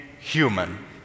human